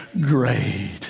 great